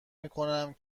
میکنم